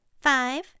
five